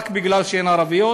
רק כי הן ערביות.